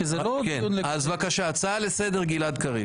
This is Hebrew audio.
כן, בבקשה, הצעה לסדר, גלעד קריב.